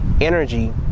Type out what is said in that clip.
energy